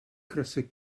crysau